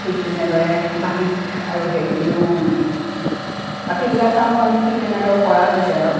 ঠিক তেনেদৰে বাকী আৰু সেইখিনিও বাকীবিলাক কামো আমি ঠিক তেনেদৰে কৰা হৈছে আৰু